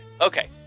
okay